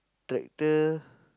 tractor